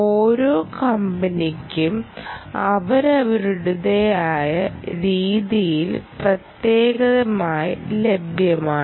ഓരോ കമ്പനികൾക്കും അവരവരുടെതായ രീതിയിൽ പ്രത്യേകമായി ലഭ്യമാണ്